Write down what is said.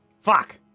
Fuck